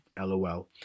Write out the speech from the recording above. lol